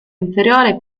inferiore